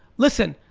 listen,